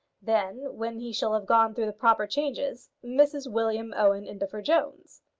then, when he shall have gone through the proper changes, mrs william owen indefer jones.